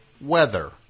weather